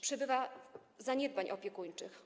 Przybywa też zaniedbań opiekuńczych.